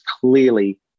clearly